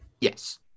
Yes